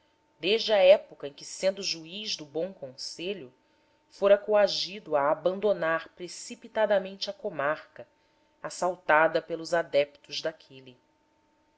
desde a época em que sendo juiz do bom conselho fora coagido a abandonar precipitadamente a comarca assaltada pelos adeptos daquele